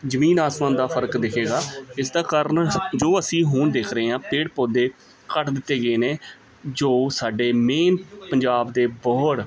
ਜ਼ਮੀਨ ਅਸਮਾਨ ਦਾ ਫਰਕ ਦਿਖੇਗਾ ਇਸ ਦਾ ਕਾਰਨ ਜੋ ਅਸੀਂ ਹੁਣ ਦੇਖ ਰਹੇ ਹਾਂ ਪੇੜ ਪੌਦੇ ਕੱਟ ਦਿੱਤੇ ਗਏ ਨੇ ਜੋ ਸਾਡੇ ਮੇਨ ਪੰਜਾਬ ਦੇ ਬੋਹੜ